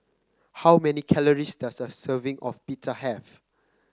how many calories does a serving of Pita have